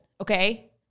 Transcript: Okay